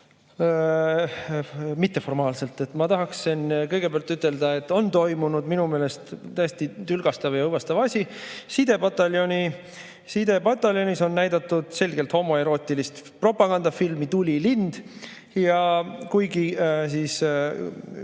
mitteformaalselt. Ma tahaksin kõigepealt ütelda, et on toimunud minu meelest täiesti tülgastav ja õõvastav asi. Sidepataljonis on näidatud selgelt homoerootilist propagandafilmi "Tulilind". Kuigi